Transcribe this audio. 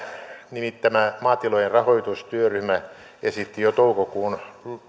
nimittämä maatilojen rahoitustyöryhmä esitti jo toukokuun